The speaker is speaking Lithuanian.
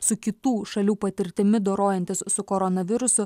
su kitų šalių patirtimi dorojantis su koronavirusu